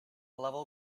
level